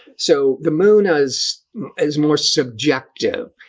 so the moon is is more subjective.